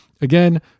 again